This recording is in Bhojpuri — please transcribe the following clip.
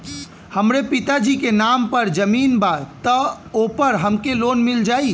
हमरे पिता जी के नाम पर जमीन बा त ओपर हमके लोन मिल जाई?